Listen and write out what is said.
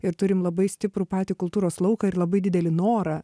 ir turim labai stiprų patį kultūros lauką ir labai didelį norą